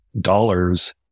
dollars